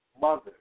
mother